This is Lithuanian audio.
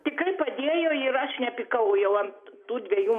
tikrai padėjo iš aš nepykau jau ant tų dviejų